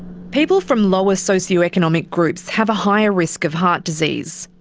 people from lower socioeconomic groups have a higher risk of heart disease.